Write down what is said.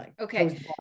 Okay